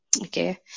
Okay